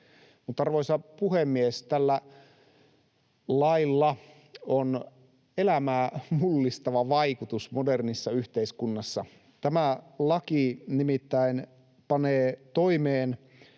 Arvoisa puhemies! Tällä lailla on elämää mullistava vaikutus modernissa yhteiskunnassa. Tämä laki nimittäin panee toimeen